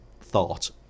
thought